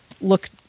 look